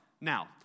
Now